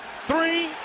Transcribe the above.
three